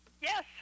Yes